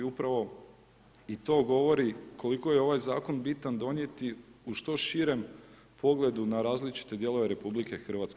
I upravo i to govori koliko je ovaj zakon bitan donijeti u što širem pogledu na različite dijelove RH.